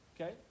Okay